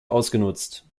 ausgenutzt